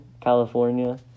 California